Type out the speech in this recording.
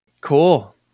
cool